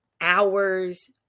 hours